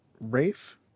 Rafe